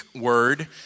word